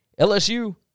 LSU